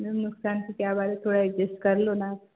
ma'am नुकसान की क्या बात है थोड़ा एर्जस्ट कर लो न आप